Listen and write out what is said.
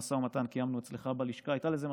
המשא ומתן קיימנו אצלך בלשכה הייתה משמעות,